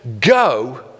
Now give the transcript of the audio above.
go